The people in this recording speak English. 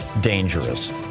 dangerous